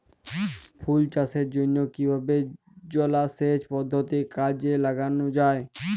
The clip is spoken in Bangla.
ফুল চাষের জন্য কিভাবে জলাসেচ পদ্ধতি কাজে লাগানো যাই?